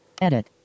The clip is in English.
Edit